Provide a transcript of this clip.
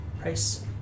price